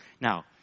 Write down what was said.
Now